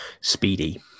speedy